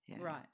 Right